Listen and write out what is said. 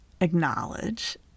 acknowledge